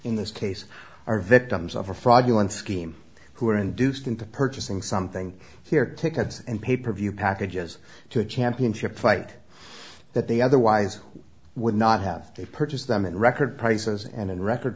in this case are victims of a fraudulent scheme who are induced into purchasing something here tickets and pay per view packages to a championship fight that they otherwise would not have purchased them in record prices and in record